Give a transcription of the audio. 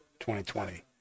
2020